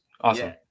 Awesome